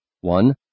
One